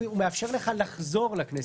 שהוא מאפשר לך לחזור לכנסת.